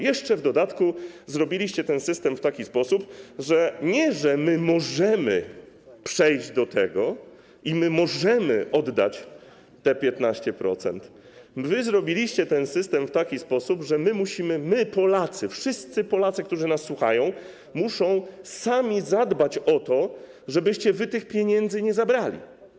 Jeszcze w dodatku nie zrobiliście tego systemu w taki sposób, że my możemy przejść do tego i my możemy oddać te 15%, wy zrobiliście ten system w taki sposób, że my Polacy, wszyscy Polacy, którzy nas słuchają, muszą sami zadbać o to, żebyście wy tych pieniędzy nie zabrali.